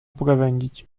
pogawędzić